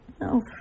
no